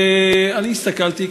אני הסתכלתי,